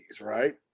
right